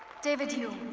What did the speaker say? david hume.